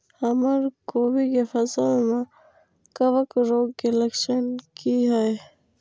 हमर कोबी के फसल में कवक रोग के लक्षण की हय?